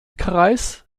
kreis